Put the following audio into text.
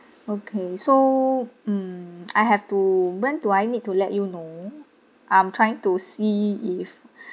okay so mm I have to when do I need to let you know I'm trying to see if